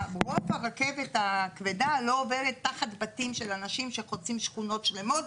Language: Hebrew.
רוב הרכבת הכבדה לא עוברת תחת בתים של אנשים שחוצים שכונות שלמות.